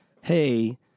Hey